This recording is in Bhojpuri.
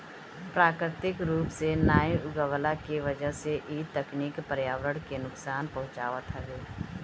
प्राकृतिक रूप से नाइ उगवला के वजह से इ तकनीकी पर्यावरण के नुकसान पहुँचावत हवे